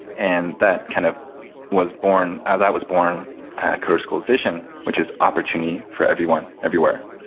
and that kind of was born ah that was born coder school's vision, which is opportunity for everyone everywhere.